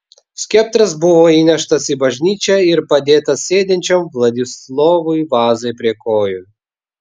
skeptras buvo įneštas į bažnyčią ir padėtas sėdinčiam vladislovui vazai prie kojų